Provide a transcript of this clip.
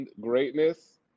greatness